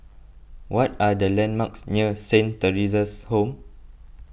what are the landmarks near Saint theresa's Home